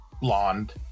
blonde